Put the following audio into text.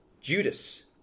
Judas